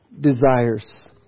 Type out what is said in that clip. desires